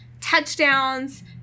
touchdowns